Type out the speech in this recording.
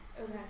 Okay